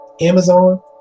Amazon